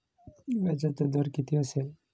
व्याजाचा दर किती असेल?